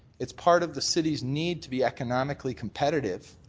it's part of the city's need to be economically competitive,